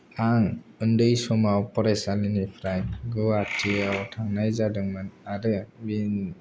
आं उन्दै समाव फरायसालिनिफ्राय गुवाहाटियाव थांनाय जादोंमोन आरो बेनि